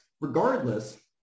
regardless